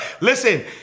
Listen